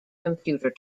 computer